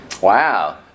Wow